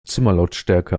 zimmerlautstärke